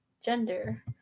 gender